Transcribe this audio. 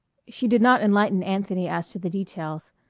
she did not enlighten anthony as to the details,